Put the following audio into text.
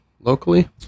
locally